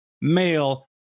male